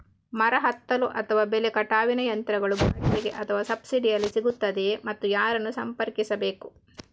ಮರ ಹತ್ತಲು ಅಥವಾ ಬೆಲೆ ಕಟಾವಿನ ಯಂತ್ರಗಳು ಬಾಡಿಗೆಗೆ ಅಥವಾ ಸಬ್ಸಿಡಿಯಲ್ಲಿ ಸಿಗುತ್ತದೆಯೇ ಮತ್ತು ಯಾರನ್ನು ಸಂಪರ್ಕಿಸಬೇಕು?